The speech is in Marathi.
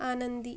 आनंदी